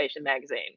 magazine